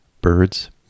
Birds